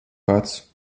pats